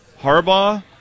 Harbaugh